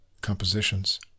compositions